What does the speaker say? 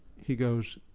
he goes,